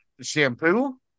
shampoo